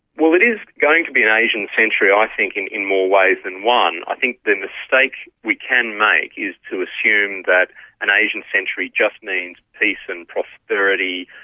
well, it is going to be an asian century i think in in more ways than one. i think the mistake we can make is to assume that an asian century just means peace and prosperity,